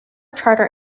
charter